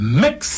mix